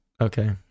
Okay